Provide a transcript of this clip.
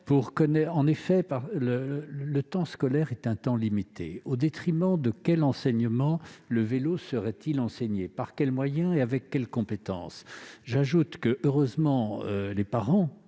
maturité. Le temps scolaire est un temps limité. Au détriment de quels enseignements le vélo serait-il enseigné ? Par quels moyens et avec quelles compétences ? J'ajoute que, heureusement, les parents-